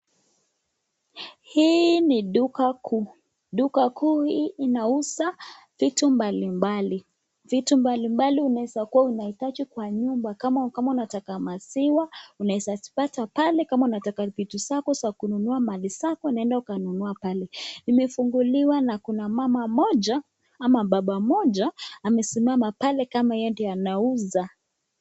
Hii ni duka kuu. Duka kuu hii inauza vitu mbalimbali. Vitu mbalimbali unaweza kuwa unahitaji kwa nyumba. Kama unataka maziwa, unaweza zipata pale. Kama unataka vitu zako za kununua mali zako unaenda ukanunua pale. Imefunguliwa na kuna mama mmoja ama baba mmoja amesimama pale kama yeye ndio anauza.